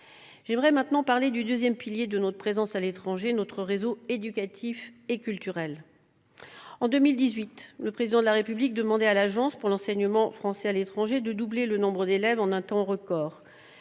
J'aimerais maintenant évoquer le deuxième pilier de notre présence à l'étranger : notre réseau éducatif et culturel. En 2018, le Président de la République demandait à l'Agence pour l'enseignement français à l'étranger de doubler le nombre d'élèves en un temps record,